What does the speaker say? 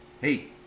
hey